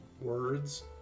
words